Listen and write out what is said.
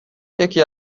یکی